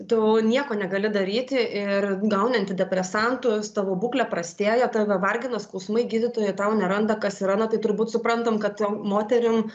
tu nieko negali daryti ir gauni antidepresantus tavo būklė prastėja tave vargina skausmai gydytojai tau neranda kas yra na tai turbūt suprantam kad moterim